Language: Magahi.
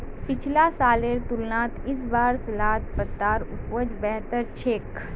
पिछला सालेर तुलनात इस बार सलाद पत्तार उपज बेहतर छेक